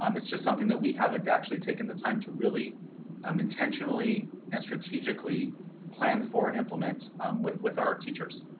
um it's just something that we haven't actually taken the time to really um intentionally and strategically plan for and implement with with our teachers.